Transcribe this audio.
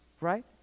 Right